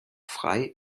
frei